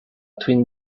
twin